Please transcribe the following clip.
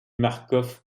marcof